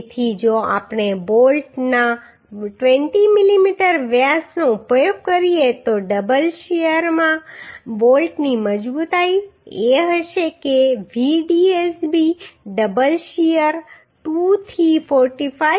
તેથી જો આપણે બોલ્ટના 20 મીમી વ્યાસનો ઉપયોગ કરીએ તો ડબલ શીયરમાં બોલ્ટની મજબૂતાઈ એ હશે કે Vdsb ડબલ શીયર 2 થી 45